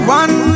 one